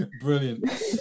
Brilliant